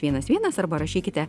vienas vienas arba rašykite